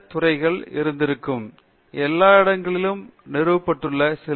பேராசிரியர் அரிந்தமா சிங் எல்லா இடங்களிலும் நிறுவப்பட்டுள்ள சில தூய்மையான கணிதங்கள்